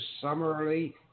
summarily